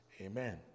Amen